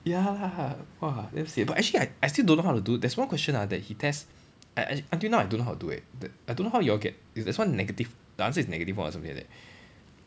ya lah !wah! damn sian but actually I I still don't know how to do there's one question ah that he test un~ un~ until now I don't know how to do eh the I don't know how you all get there's one negative the answer is negative four or something like that